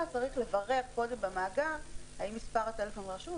צריך לברר קודם במאגר האם מספר הטלפון רשום,